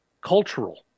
cultural